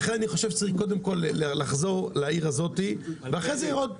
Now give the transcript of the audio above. לכן אני חושב שצריך קודם כל לחזור לעיר הזאת ואחרי זה עוד תכניות.